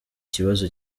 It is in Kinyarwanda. kibazo